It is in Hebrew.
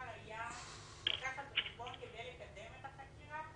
היה לקחת בחשבון כדי לקדם את החקירה